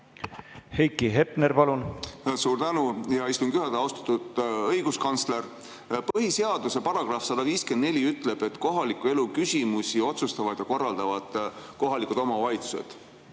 Heiki Hepner, palun! Suur tänu, hea istungi juhataja! Austatud õiguskantsler! Põhiseaduse § 154 ütleb, et kohaliku elu küsimusi otsustavad ja korraldavad kohalikud omavalitsused.